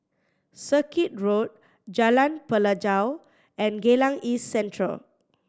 Circuit Road Jalan Pelajau and Geylang East Central